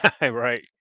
Right